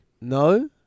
No